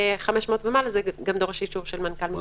מ-500 ומעלה זה דורש גם אישור של מנכ"ל משרד הבריאות.